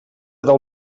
del